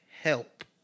help